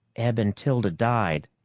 eb and tilda died,